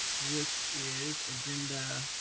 which is agenda.